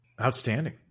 Outstanding